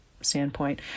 standpoint